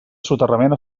soterrament